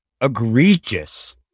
egregious